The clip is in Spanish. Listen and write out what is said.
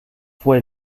fue